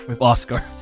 Oscar